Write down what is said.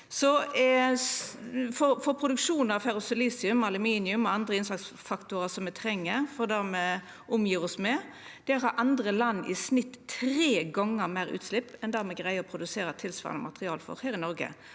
Ved produksjon av ferrosilisium, aluminium og andre innsatsfaktorar som me treng til det me omgjev oss med, har andre land i snitt tre gonger meir utslepp enn det me greier å produsera tilsvarande materiale med her i Noreg.